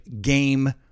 game